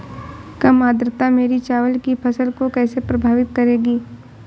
कम आर्द्रता मेरी चावल की फसल को कैसे प्रभावित करेगी?